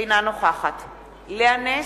אינה נוכחת לאה נס,